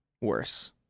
worse